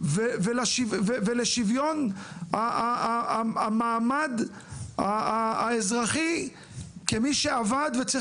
ולשוויון המעמד האזרחי כמי שעבד וצריך